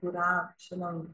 yra šiandien